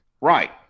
Right